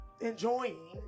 enjoying